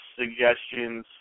suggestions